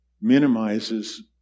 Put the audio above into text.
minimizes